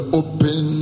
open